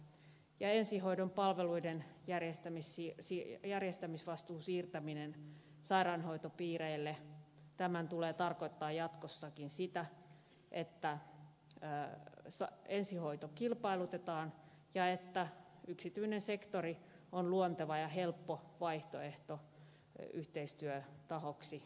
ensihoidon palveluiden järjestämisvastuun siirtämisen sairaanhoitopiireille tulee tarkoittaa jatkossakin sitä että ensihoito kilpailutetaan ja että yksityinen sektori on luonteva ja helppo vaihtoehto yhteistyötahoksi julkiselle sektorille